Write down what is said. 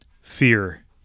Fear